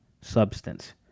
Substance